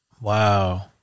Wow